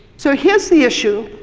so here's the issue,